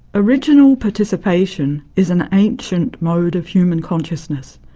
original participation is an ancient mode of human consciousness.